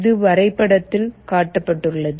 இது வரைபடத்தில் காட்டப்பட்டுள்ளது